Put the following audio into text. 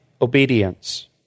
obedience